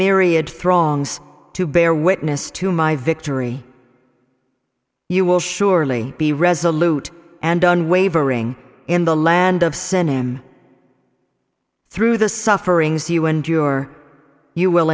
myriad throngs to bear witness to my victory you will surely be resolute and on wavering in the land of send him through the sufferings you endure you will